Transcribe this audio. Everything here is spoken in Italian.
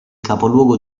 capoluogo